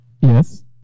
Yes